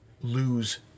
lose